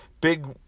Big